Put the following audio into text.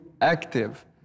active